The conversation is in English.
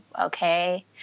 okay